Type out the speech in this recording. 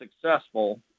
successful